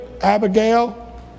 Abigail